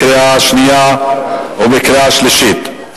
בקריאה שנייה ובקריאה שלישית,